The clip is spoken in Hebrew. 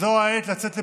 זו העת לצאת לבחירות.